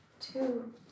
Two